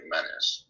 Menace